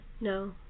No